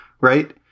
right